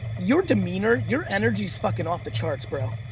your demeanor your energy's fucking off the charts bro.